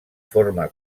forma